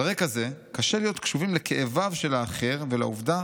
על רקע זה קשה להיות קשובים לכאביו של האחר ולעובדה